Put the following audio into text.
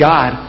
God